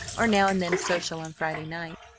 or now and then a social on friday night,